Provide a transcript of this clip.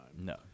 no